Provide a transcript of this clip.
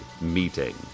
meeting